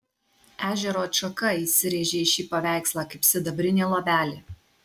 ežero atšaka įsirėžė į šį paveikslą kaip sidabrinė luobelė